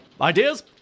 ideas